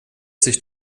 sich